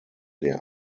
der